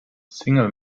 single